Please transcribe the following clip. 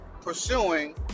pursuing